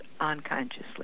unconsciously